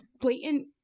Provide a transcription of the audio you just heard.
blatant